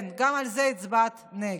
כן, גם על זה הצבעת נגד.